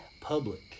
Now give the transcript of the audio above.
Public